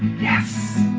yes.